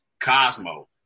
Cosmo